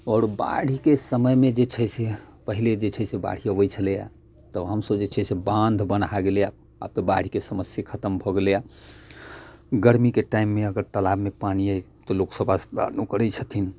आओर बाढ़ि के समय मे जे छै से पहिले जे छै से बाढ़ि अबै छलैया तऽ हमसब जे छै से बाँध बन्हा गेलैया आब तऽ बाढ़ि के समस्ये खतम भऽ गेलैया गर्मी के टाइममे अगर तालाब मे पानि अछि तऽ लोकसब स्नान करै छथिन